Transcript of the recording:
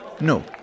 No